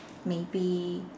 maybe